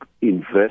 invest